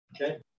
okay